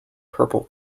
purple